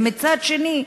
ומצד שני,